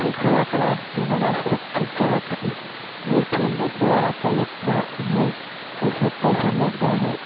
ठीक होलाके बाद फेर ओकरा सुरक्षित सँ रखली जे फेर नहि दोबारा तबियत खराब होइ सौंसे पैसा लागि जाइ है